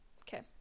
Okay